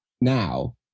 now